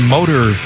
Motor